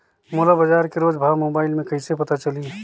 मोला बजार के रोज भाव मोबाइल मे कइसे पता चलही?